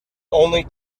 only